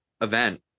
event